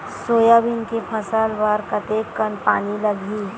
Soybean के फसल बर कतेक कन पानी लगही?